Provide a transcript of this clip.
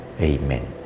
Amen